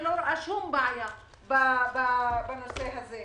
אני לא רואה שום בעיה בנושא הזה.